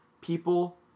people